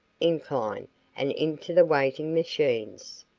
incline and into the waiting machines.